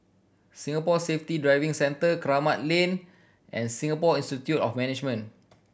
Singapore Safety Driving Centre Kramat Lane and Singapore Institute of Management